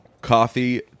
coffee